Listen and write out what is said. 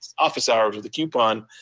office hours with a coupon?